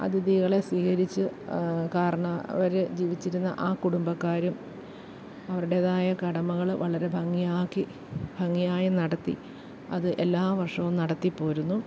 അതിഥികളെ സ്വീകരിച്ച് കാരണവർ ജീവിച്ചിരുന്ന ആ കുടുംബക്കാരും അവരുടേതായ കടമകൾ വളരെ ഭംഗിയാക്കി ഭംഗിയായി നടത്തി അത് എല്ലാ വർഷവും നടത്തി പോരുന്നു